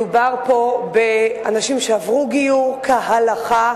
מדובר פה באנשים שעברו גיור כהלכה